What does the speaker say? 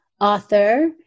author